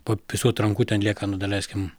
po visų atrankų ten lieka nu daleiskim